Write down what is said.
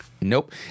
Nope